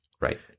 Right